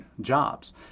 jobs